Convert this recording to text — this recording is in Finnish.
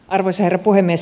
arvoisa herra puhemies